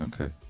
Okay